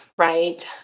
right